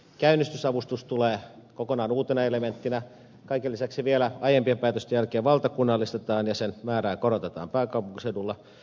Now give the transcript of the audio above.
käynnistysavustus tulee kokonaan uutena elementtinä kaiken lisäksi vielä aiempien päätösten jälkeen valtakunnallistetaan ja sen määrää korotetaan pääkaupunkiseudulla